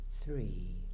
three